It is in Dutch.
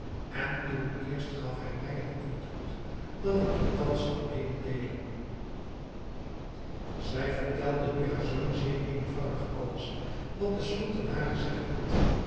en toen eerst gaf hij mij het antwoord dat ik je thans zal mededeelen zij vertelde nu haar zoon zeer uitvoerig alles wat de sultan haar gezegd had